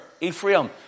Ephraim